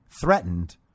threatened